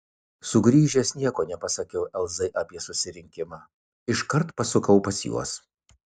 sugrįžęs nieko nepasakiau elzai apie susirinkimą iškart pasukau pas juos